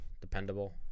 dependable